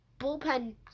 bullpen